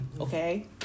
Okay